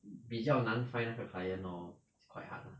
比较难 find 那个 client lor it's quite hard lah